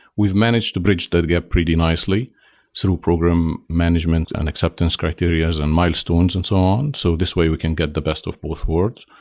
we've managed to bridge that gap pretty nicely through program management and acceptance criteria and milestones and so on, so this way we can get the best of both worlds.